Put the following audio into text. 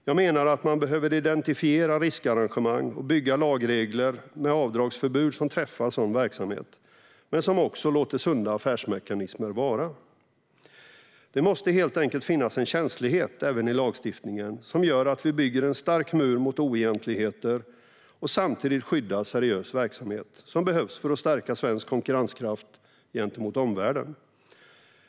Jag menar att man behöver identifiera riskarrangemang och bygga lagregler med avdragsförbud som träffar sådan verksamhet men som också låter sunda affärsmekanismer vara. Det måste helt enkelt finnas en känslighet även i lagstiftningen som gör att vi bygger en stark mur mot oegentligheter och samtidigt skyddar seriös verksamhet som behövs för att stärka svensk konkurrenskraft gentemot omvärlden.